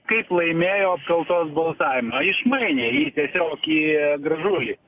kaip laimėjo apkaltos balsavimą išmainė jį tiesiog į gražulį